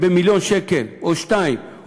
במיליון שקל או שניים,